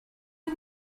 you